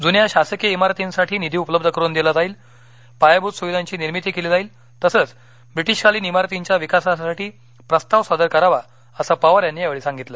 जून्या शासकीय इमारतींसाठी निधी उपलब्ध करून दिला जाईल पायाभूत सुविधांची निर्मिती केली जाईल तसंच ब्रिटीश कालीन इमारतींच्या विकासासाठी प्रस्ताव सादर करावा असं पवार यांनी यावेळी सांगितलं